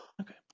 okay